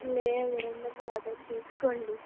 లేదు రెండు వందల యాభై చేసుకోండి